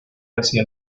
hacia